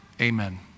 Amen